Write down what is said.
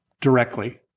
directly